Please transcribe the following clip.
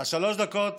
בשלוש הדקות